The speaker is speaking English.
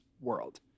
world